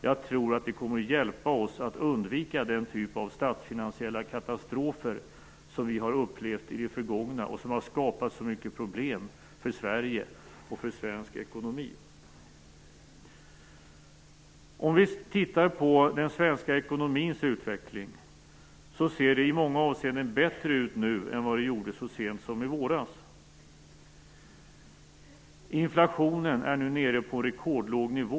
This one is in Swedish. Jag tror att det kommer att hjälpa oss att undvika den typ av statsfinansiella katastrofer som vi har upplevt i det förgångna och som har skapat så många problem för Sverige och för svensk ekonomi. Om vi ser på den svenska ekonomins utveckling ser det i många avseenden bättre ut nu än vad det gjorde så sent som i våras. Inflationen är nu nere på rekordlåg nivå.